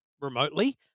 remotely